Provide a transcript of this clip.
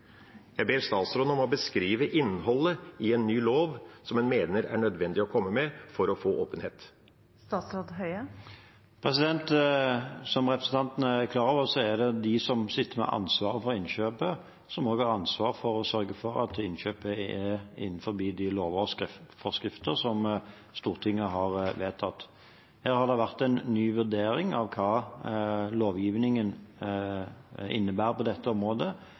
Jeg ber statsråden om å beskrive innholdet i en ny lov, som en mener det er nødvendig å komme med for å få åpenhet. Som representanten er klar over, er det de som sitter med ansvaret for innkjøpet, som også har ansvar for å sørge for at innkjøpet er innenfor de lover og forskrifter som Stortinget har vedtatt. Her har det vært en ny vurdering av hva lovgivningen innebærer på dette området,